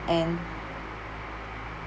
and